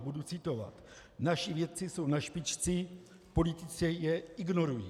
Budu citovat: Naši vědci jsou na špici, politici je ignorují.